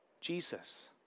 jesus